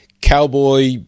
Cowboy